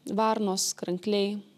varnos krankliai